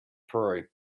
peru